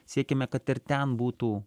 siekiame kad ir ten būtų